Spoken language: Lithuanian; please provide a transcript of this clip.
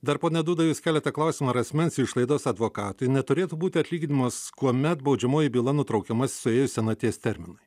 dar pone dūda jūs keliate klausimą ar asmens išlaidos advokatui neturėtų būti atlyginamos kuomet baudžiamoji byla nutraukiama suėjus senaties terminui